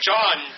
John